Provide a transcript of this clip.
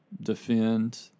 defend